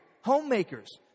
homemakers